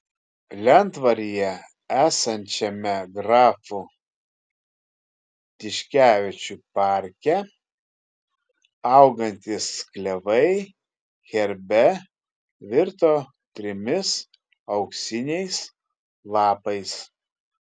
lentvaryje esančiame grafų tiškevičių parke augantys klevai herbe virto trimis auksiniais lapais